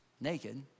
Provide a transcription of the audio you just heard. naked